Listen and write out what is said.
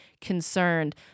concerned